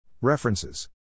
References